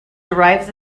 derives